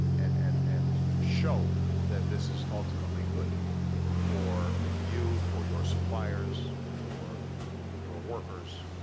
and and and show that this is ultimately good for you, for your suppliers, for your workers.